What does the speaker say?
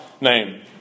name